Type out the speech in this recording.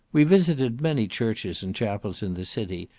we visited many churches and chapels in the city,